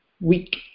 Week